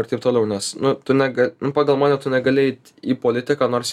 ir taip toliau nes tu nega pagal mane tu negali eit į politiką nors